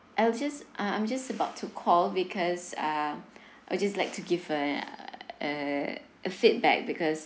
I'll just um I'm just about to call because uh I just like to give her uh a feedback because